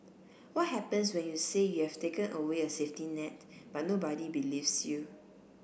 what happens when you say you have taken away a safety net but nobody believes you